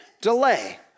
delay